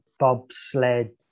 bobsled